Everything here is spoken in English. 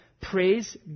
praise